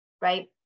right